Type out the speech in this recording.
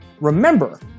Remember